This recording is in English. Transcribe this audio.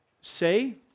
say